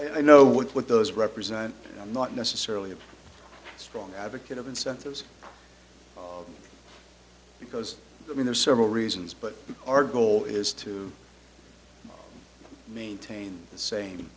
well i know what those represent i'm not necessarily a strong advocate of incentives because i mean there's several reasons but our goal is to maintain the same